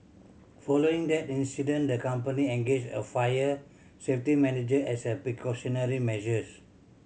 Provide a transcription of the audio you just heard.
following that incident the company engaged a fire safety manager as a precautionary measures